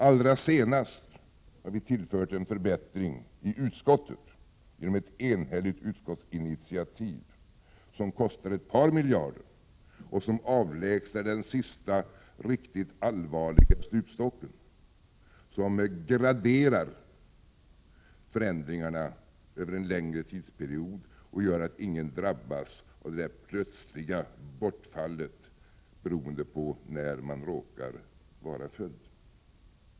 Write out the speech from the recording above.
Allra senast tillförde vi förslaget en förbättring i utskottet genom ett enhälligt utskottsinitiativ som kostar ett par miljarder och som avlägsnar den sista allvarliga stupstocken. Denna förändring graderar förändringarna under en lång tidsperiod och gör att ingen drabbas av ett plötsligt bortfall beroende på när man råkar vara född.